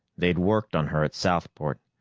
they'd worked on her at southport.